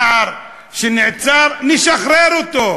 נער שנעצר, נשחרר אותו.